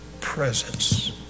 presence